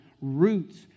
roots